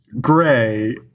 Gray